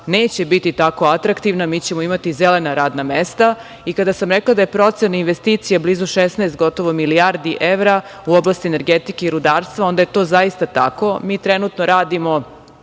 neće biti tako atraktivna, mi ćemo imati zelena radna mesta. Kada sam rekla da je procena investicije blizu gotovo 16 milijardi evra u oblasti energetike i rudarstva, onda je to zaista tako. Mi trenutno radimo